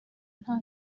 nta